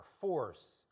force